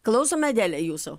klausome adele jūsų